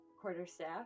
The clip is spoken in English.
quarterstaff